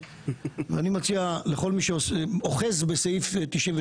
ואני תוהה אמרתי גם שם כמה עצוב שחברי כנסת